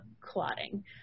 clotting